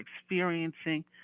experiencing